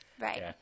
Right